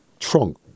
Trunk